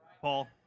Paul